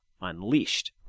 unleashed